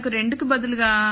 మనకు 2 కి బదులుగా 2